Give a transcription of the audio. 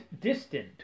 distant